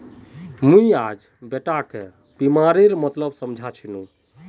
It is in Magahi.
मुई बेटाक गैप बीमार मतलब समझा छिनु